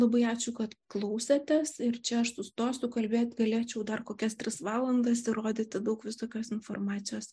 labai ačiū kad klausotės ir čia aš sustosiu kalbėti galėčiau dar kokias tris valandas ir rodyti daug visokios informacijos